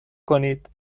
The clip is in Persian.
کنید